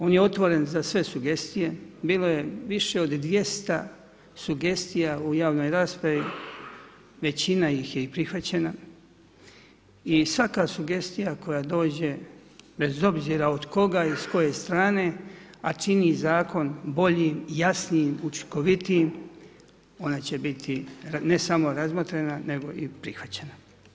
On je otvoren za sve sugestije, bilo je više od 200 sugestija u javnoj raspravi, većina ih je i prihvaćena i svaka sugestija koja dođe bez obzira od koga i s koje strane a čini zakon boljim i jasnijim, učinkovitijim, ona će biti ne samo razmotrena nego i prihvaćena.